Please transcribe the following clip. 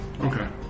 Okay